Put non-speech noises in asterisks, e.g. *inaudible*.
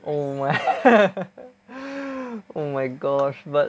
oh my *laughs* oh my gosh but